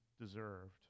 deserved